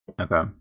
Okay